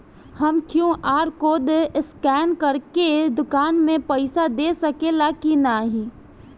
हम QR code scan करके दुकान में पईसा दे सकेला की नाहीं?